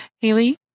Haley